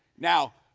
now,